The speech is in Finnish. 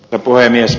herra puhemies